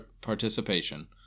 participation